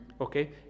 Okay